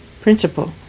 principle